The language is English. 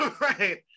Right